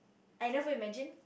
I never imagine